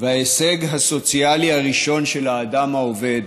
וההישג הסוציאלי הראשון של האדם העובד